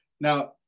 Now